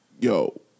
Yo